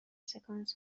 سکانس